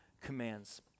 commands